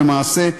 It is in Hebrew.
למעשה,